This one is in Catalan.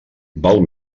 val